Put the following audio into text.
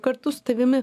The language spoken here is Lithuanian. kartu su tavimi